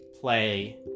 play